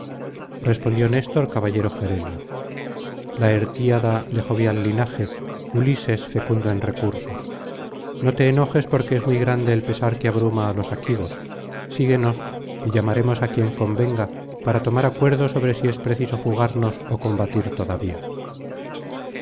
respondió néstor caballero gerenio laertíada de jovial linaje ulises fecundo en recursos no te enojes porque es muy grande el pesar que abruma á los aquivos sigúenos y llamaremos á quien convenga para tomar acuerdo sobre si es preciso fugarnos ó combatir todavía